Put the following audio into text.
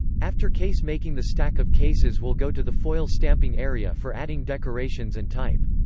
after case-making the stack of cases will go to the foil stamping area for adding decorations and type.